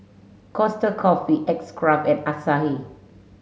Costa Coffee X Craft and Asahi